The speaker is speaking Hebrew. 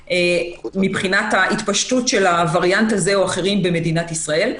מבחינת ההתפשטות של וריאנט זה או אחרים במדינת ישראל.